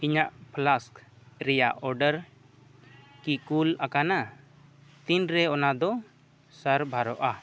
ᱤᱧᱟᱹᱜ ᱯᱷᱞᱟᱥᱠᱥ ᱨᱮᱱᱟᱜ ᱚᱨᱰᱟᱨ ᱠᱤ ᱠᱩᱞ ᱟᱠᱟᱱᱟ ᱛᱤᱱᱨᱮ ᱚᱱᱟᱫᱚ ᱥᱟᱨᱵᱷᱟᱨᱚᱜᱼᱟ